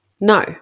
No